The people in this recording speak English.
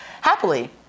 happily